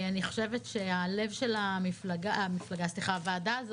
אני חושבת שהלב של הוועדה הזאת,